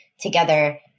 together